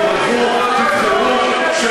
גם אנחנו מתנגדים לחרמות.